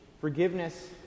forgiveness